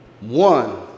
one